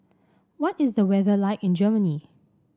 what is the weather like in Germany